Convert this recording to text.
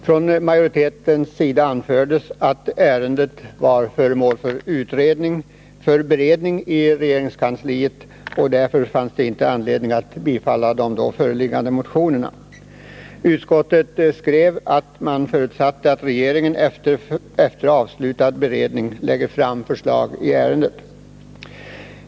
Från majoritetens sida anfördes att ärendet var föremål för beredning i regeringskansliet, och det ansågs därför att det inte fanns anledning att bifalla de föreliggande motionerna. Utskottet skrev att man förutsatte att regeringen efter avslutad beredning skulle lägga fram förslag i ärendet.